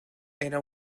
era